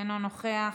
אינו נוכח,